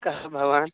कः भवान्